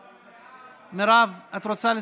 בבקשה.